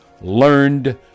learned